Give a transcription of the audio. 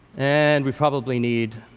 and we probably need,